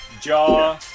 Jaw